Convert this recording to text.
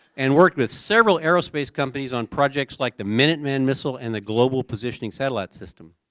and worked with several aerospace companies on projects like the minuteman missile and the global positioning satellite system.